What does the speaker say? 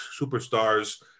superstars